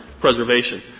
preservation